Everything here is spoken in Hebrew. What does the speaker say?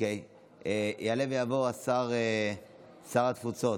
יעלה ויבוא שר התפוצות,